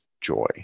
joy